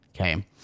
Okay